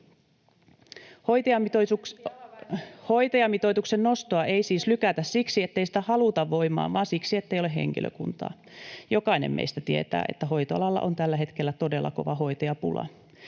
Hoitajamitoituksen nostoa ei siis lykätä siksi, ettei sitä haluta voimaan, vaan siksi, ettei ole henkilökuntaa. Jokainen meistä tietää, että hoitoalalla on tällä hetkellä todella kova hoitajapula.